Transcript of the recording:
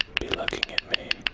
be looking at me.